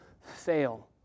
fail